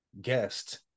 guest